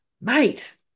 Mate